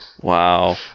Wow